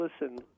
Listen